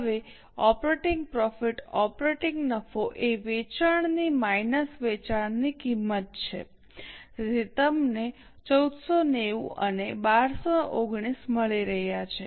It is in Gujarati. હવે ઓપરેટીંગ પ્રોફિટ ઓપરેટીંગ નફો એ વેચાણની માઇનસ વેચાણની કિંમત છે તેથી તમને 1490 અને 1219 મળી રહ્યાં છે